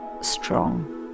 strong